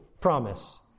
promise